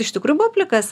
iš tikrųjų buvo plikas